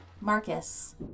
Marcus